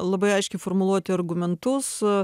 labai aiškiai formuluoti argumentus